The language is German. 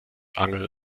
angel